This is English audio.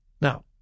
Now